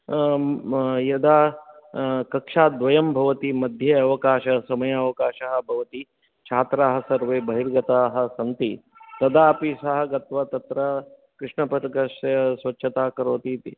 यदा कक्ष्याद्वयं भवति मध्ये अवकाशः समयावकाशः भवति छात्राः सर्वे बहिर्गताः सन्ति तदापि सः गत्वा तत्र कृष्णफलकस्य स्वच्छता करोति इति